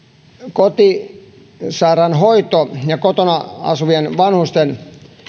kotisairaanhoito ja kotona asuvien vanhusten